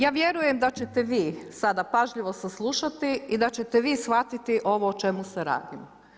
Ja vjerujem da ćete vi sada pažljivo saslušati i da ćete vi shvatiti ovo o čemu se radi.